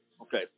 Okay